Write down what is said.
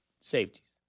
safeties